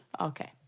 Okay